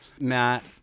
Matt